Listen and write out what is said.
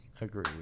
Agree